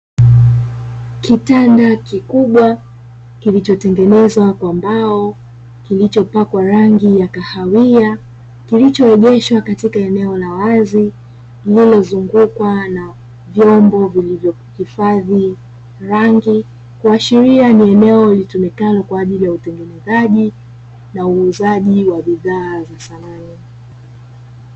Kitanda kikubwa kilichotengenezwa kwa mbao kilichopakwa rangi ya kahawia, kilichoegeshwa katika eneo la wazi ni lilozungukwa na vyombo vilivyohifadhi rangi kuashiria ni eneo litumikalo kwa ajili ya utengenezaji na uuzaji wa bidhaa za samani.